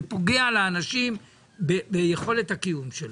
זה פוגע לאנשים ביכולת הקיום שלהם.